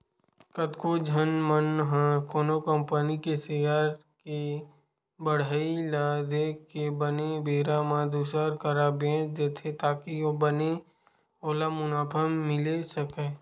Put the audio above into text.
कतको झन मन ह कोनो कंपनी के सेयर के बड़हई ल देख के बने बेरा म दुसर करा बेंच देथे ताकि बने ओला मुनाफा मिले सकय